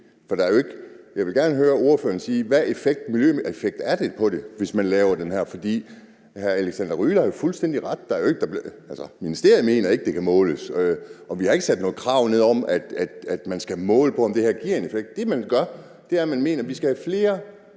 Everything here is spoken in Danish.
for det giver ingen mening. Jeg vil gerne høre ordføreren sige, hvad miljøeffekten af det er, hvis man laver det her. For hr. Alexander Ryle har jo fuldstændig ret. Altså, ministeriet mener ikke, det kan måles, og vi har ikke nedsat noget krav om, at man skal måle på, om det her giver en effekt. Det, man gør, er, at man mener, at vi skal have flere